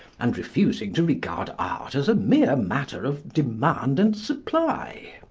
and refusing to regard art as a mere matter of demand and supply.